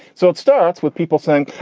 so it starts with people saying,